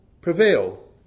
prevail